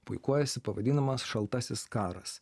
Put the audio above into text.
puikuojasi pavadinamas šaltasis karas